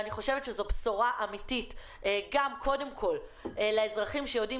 אני חושבת שזו בשורה אמיתית לאזרחים שיודעים